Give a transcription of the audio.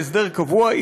להסדר קבוע,